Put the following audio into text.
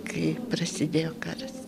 kai prasidėjo karas